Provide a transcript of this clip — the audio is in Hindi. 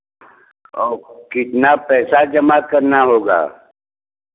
और कितना पैसा जमा करना होगा